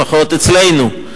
לפחות אצלנו,